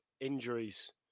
Injuries